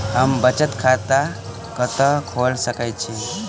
हम बचत खाता कतऽ खोलि सकै छी?